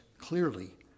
clearly